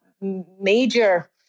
major